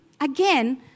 again